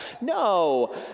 No